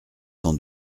s’en